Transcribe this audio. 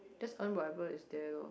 just earn whatever is there lor